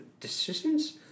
Decisions